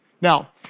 Now